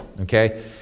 okay